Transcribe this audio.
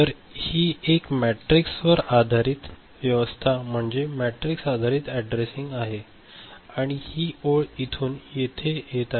तर ही एक मॅट्रिक्स आधारित व्यवस्था म्हणजे मॅट्रिक्स आधारित ऍड्रेसिंग आहे आणि ही ओळ इथून येत आहे